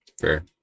Fair